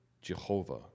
Jehovah